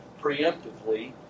preemptively